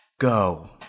go